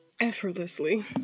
Effortlessly